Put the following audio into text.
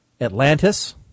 Atlantis